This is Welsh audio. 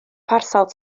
parsel